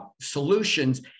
solutions